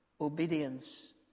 obedience